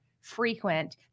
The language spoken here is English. frequent